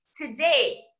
Today